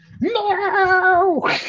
No